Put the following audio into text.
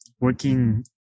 working